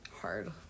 hard